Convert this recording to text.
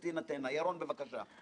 לפני שאני מתחיל,